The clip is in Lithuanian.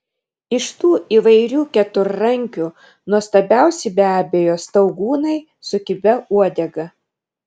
iš tų įvairių keturrankių nuostabiausi be abejo staugūnai su kibia uodega